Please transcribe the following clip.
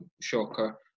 shocker